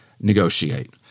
negotiate